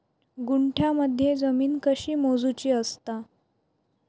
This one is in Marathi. गुंठयामध्ये जमीन कशी मोजूची असता?